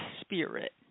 spirit